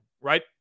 right